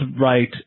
right